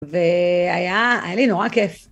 והיה, היה לי נורא כיף.